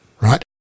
right